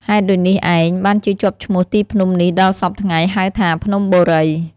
ហេតុដូចនេះឯង បានជាជាប់ឈ្មោះទីភ្នំនេះដល់សព្វថ្ងៃ ហៅថា "ភ្នំបូរី" ។